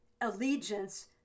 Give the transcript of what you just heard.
allegiance